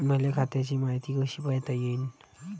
मले खात्याची मायती कशी पायता येईन?